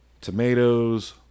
tomatoes